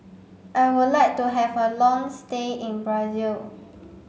I would like to have a long stay in Brazil